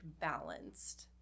balanced